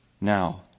Now